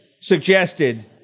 suggested